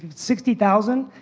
sixty thousand,